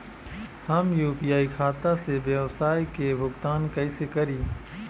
हम यू.पी.आई खाता से व्यावसाय के भुगतान कइसे करि?